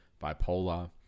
bipolar